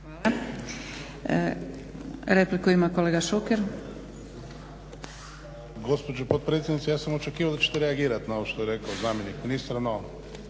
Hvala. Repliku ima kolega Šuker. **Šuker, Ivan (HDZ)** Gospođo potpredsjednice ja sam očekivao da ćete reagirati na ovo što je rekao zamjenik ministar,